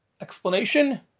explanation